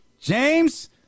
James